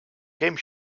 game